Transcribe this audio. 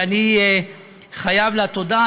ואני חייב לה תודה.